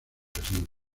presencia